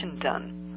done